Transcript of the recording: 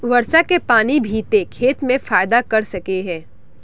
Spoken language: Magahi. वर्षा के पानी भी ते खेत में फायदा कर सके है?